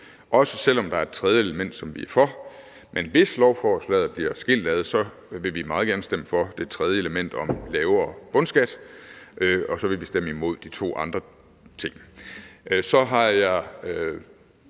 også selv om der er et tredje element, som vi er for. Men hvis lovforslaget bliver delt, vil vi meget gerne stemme for det tredje element om en lavere bundskat, og så vil vi stemme imod de to andre ting. Så er jeg